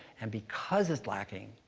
and because it's lacking,